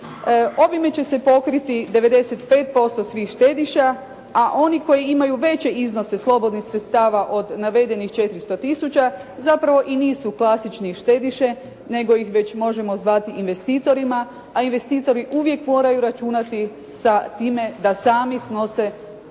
Ovime će se pokriti 95% svih štediša, a oni koji imaju veće iznose slobodnih sredstava od navedenih 400 tisuća, zapravo i nisu klasične štediše, nego ih već možemo zvati investitorima, a investitori uvijek moraju računati sa time da sami snose veći